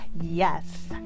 Yes